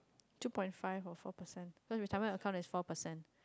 two point five or four percent cause retirement account there's four percent